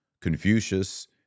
Confucius